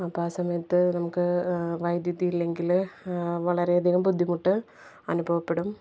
അപ്പോൾ ആ സമയത്ത് നമുക്ക് വൈദ്യുതി ഇല്ലെങ്കിൽ വളരെയധികം ബുദ്ധിമുട്ട് അനുഭവപ്പെടും